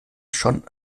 schon